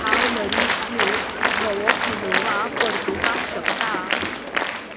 हांव नरीश यू धवो किनोवा परतुपाक शकता